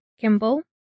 Kimball